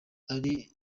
ari